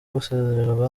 gusezererwa